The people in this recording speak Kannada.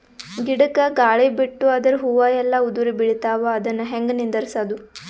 ಗಿಡಕ, ಗಾಳಿ ಬಿಟ್ಟು ಅದರ ಹೂವ ಎಲ್ಲಾ ಉದುರಿಬೀಳತಾವ, ಅದನ್ ಹೆಂಗ ನಿಂದರಸದು?